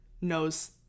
knows